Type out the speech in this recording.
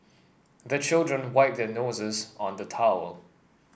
the children wipe their noses on the towel